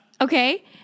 okay